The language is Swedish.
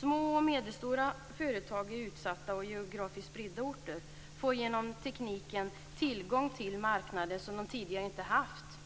Små och medelstora företag i utsatta och geografiskt spridda orter får genom tekniken tillgång till marknader som de tidigare inte haft möjligheter att nå.